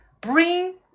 bring